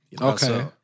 Okay